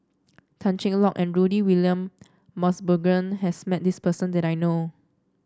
Tan Cheng Lock and Rudy William Mosbergen has met this person that I know of